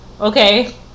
okay